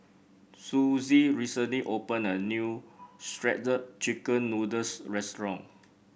Sussie recently opened a new Shredded Chicken Noodles restaurant